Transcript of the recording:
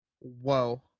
Whoa